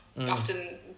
often